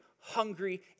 hungry